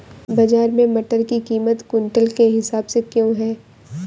बाजार में मटर की कीमत क्विंटल के हिसाब से क्यो है?